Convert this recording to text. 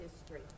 history